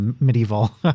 medieval